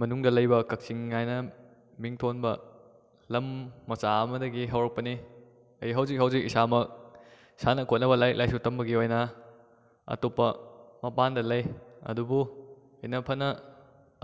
ꯃꯅꯨꯡꯗ ꯂꯩꯕ ꯀꯛꯆꯤꯡ ꯍꯥꯏꯅ ꯃꯤꯡꯊꯣꯟꯕ ꯂꯝ ꯃꯆꯥ ꯑꯃꯗꯒꯤ ꯍꯧꯔꯛꯄꯅꯤ ꯑꯩ ꯍꯧꯖꯤꯛ ꯍꯧꯖꯤꯛ ꯏꯁꯥꯃꯛ ꯁꯥꯟꯅ ꯈꯣꯠꯅꯕ ꯂꯥꯏꯔꯤꯛ ꯂꯥꯏꯁꯨ ꯇꯝꯕꯒꯤ ꯑꯣꯏꯅ ꯑꯇꯣꯞꯄ ꯃꯄꯥꯟꯗ ꯂꯩ ꯑꯗꯨꯕꯨ ꯑꯩꯅ ꯐꯅ